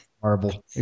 Horrible